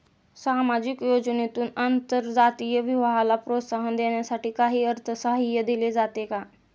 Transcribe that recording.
सामाजिक योजनेतून आंतरजातीय विवाहाला प्रोत्साहन देण्यासाठी काही अर्थसहाय्य दिले जाते का?